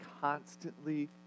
constantly